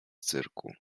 cyrku